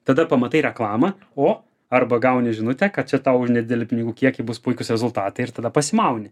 tada pamatai reklamą o arba gauni žinutę kad čia tau už nedidelį pinigų kiekį bus puikūs rezultatai ir tada pasimauni